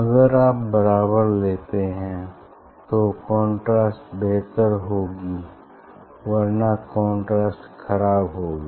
अगर आप बराबर लेते हैं तो कंट्रास्ट बेहतर होगी वरना कंट्रास्ट ख़राब होगी